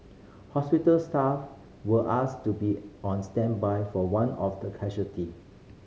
hospital staff were asked to be on standby for one of the casualty